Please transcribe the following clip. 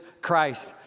Christ